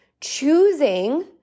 choosing